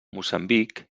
moçambic